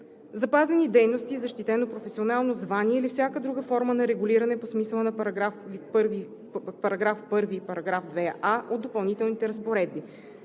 запазени дейности, защитено професионално звание или всяка друга форма на регулиране по смисъла на § 1 и § 2а от допълнителните разпоредби;